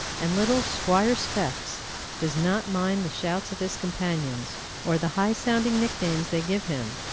and little squire specs does not mind the shouts of his companions or the high-sounding nicknames they give him,